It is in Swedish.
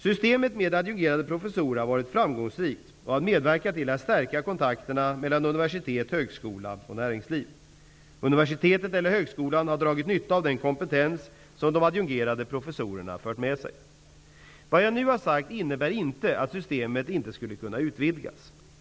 Systemet med adjungerade professorer har varit framgångsrikt och har medverkat till att stärka kontakterna mellan universitet, högskola och näringsliv. Universitetet eller högskolan har dragit nytta av den kompetens som de adjungerade professorerna för med sig. Vad jag nu har sagt innebär inte att systemet inte skulle kunna utvidgas.